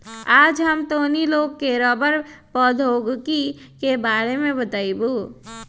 आज हम तोहनी लोग के रबड़ प्रौद्योगिकी के बारे में बतईबो